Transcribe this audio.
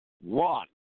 one